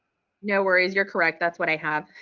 no worries, you're correct, that's what i have.